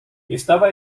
estaba